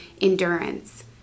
endurance